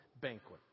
banquet